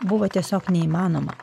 buvo tiesiog neįmanoma